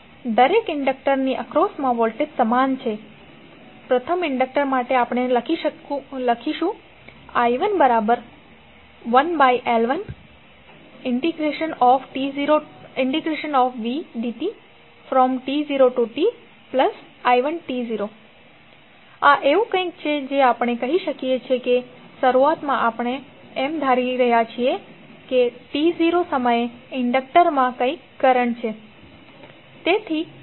દરેક ઇન્ડક્ટરની એક્રોસમાં વોલ્ટેજ સમાન છે પ્રથમ ઇન્ડક્ટર માટે આપણે લખીશું i11L1t0tvdti1t0 આ એવું કંઈક છે જે આપણે કહીએ છીએ કે શરૂઆતમાં આપણે એમ ધારી રહ્યા છીએ કે t0 સમયે ઇન્ડક્ટરમાં કંઈક કરંટ છે